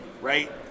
right